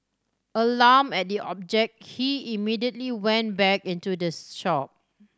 alarmed at the object he immediately went back into the shop